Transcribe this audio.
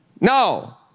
No